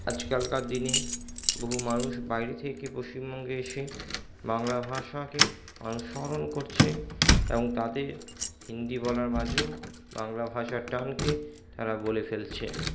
আজকালকার দিনে বহু মানুষ বাইরে থেকে পশ্চিমবঙ্গে এসে বাংলা ভাষাকে অনুসরণ করছে এবং তাদের হিন্দি বলার মাঝেও বাংলা ভাষার টানকে তারা বলে ফেলছে